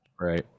Right